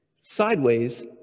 sideways